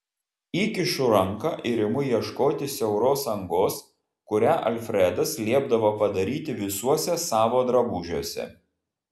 įkišu ranką ir imu ieškoti siauros angos kurią alfredas liepdavo padaryti visuose savo drabužiuose